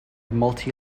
multi